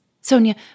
Sonia